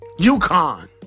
UConn